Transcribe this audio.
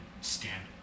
stand